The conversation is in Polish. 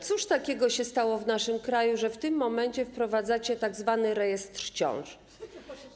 Cóż takiego się stało w naszym kraju, że w tym momencie wprowadzacie tzw. rejestr ciąż?